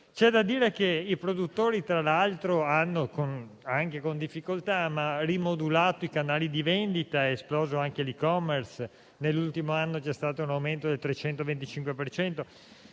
C'è da dire che i produttori, tra l'altro, anche con difficoltà, hanno rimodulato i canali di vendita: è esploso anche l'*e-commerce*, di cui nell'ultimo anno c'è stato un aumento del 325